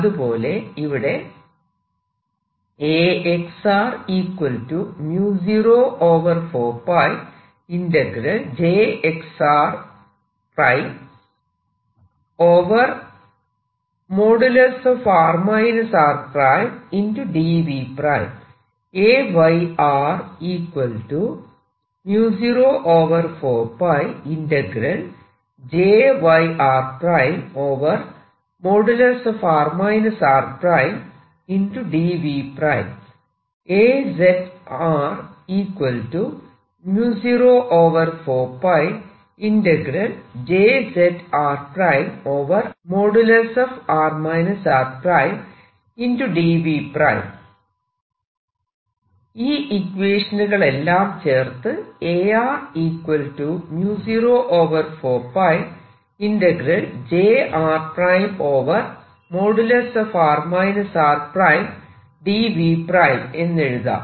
അതുപോലെ ഇവിടെ ഈ ഇക്വേഷനുകളെല്ലാം ചേർത്ത് എന്നെഴുതാം